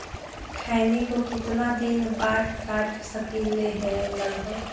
खैनी को कितना दिन बाद काट सकलिये है लगभग?